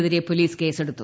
എതിരെ പൊലീസ് കേസെടുത്തു